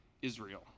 Israel